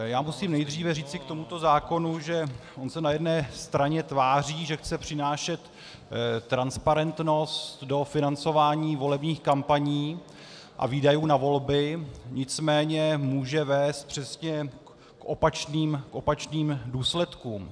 Já musím nejdříve říci k tomuto zákonu, že on se na jedné straně tváří, že chce přinášet transparentnost do financování volebních kampaní a výdajů na volby, nicméně může vést přesně k opačným důsledkům.